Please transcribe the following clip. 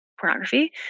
Pornography